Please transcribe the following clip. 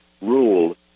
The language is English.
ruled